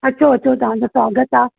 अचो अचो तव्हांजो स्वागतु आहे